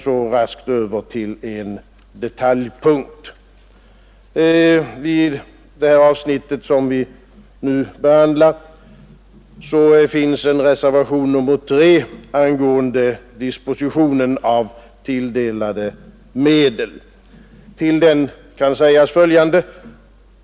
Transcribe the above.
Så raskt över till en detaljpunkt. Vid det avsnitt som vi nu behandlar har fogats en reservation, A 3, angående dispositionen av tilldelade medel. Till den kan sägas följande.